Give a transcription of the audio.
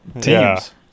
teams